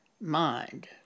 mind